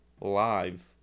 live